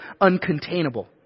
uncontainable